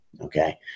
okay